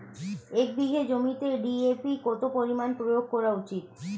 এক বিঘে জমিতে ডি.এ.পি কত পরিমাণ প্রয়োগ করা উচিৎ?